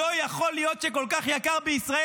לא יכול להיות שכל כך יקר בישראל,